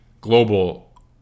global